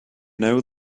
know